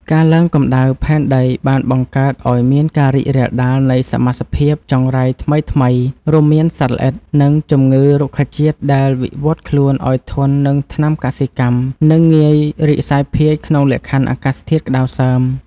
ការឡើងកម្ដៅផែនដីបានបង្កើតឱ្យមានការរីករាលដាលនៃសមាសភាពចង្រៃថ្មីៗ រួមមានសត្វល្អិត និងជំងឺរុក្ខជាតិដែលវិវត្តខ្លួនឱ្យធន់នឹងថ្នាំកសិកម្ម និងងាយរីកសាយភាយក្នុងលក្ខខណ្ឌអាកាសធាតុក្ដៅសើម។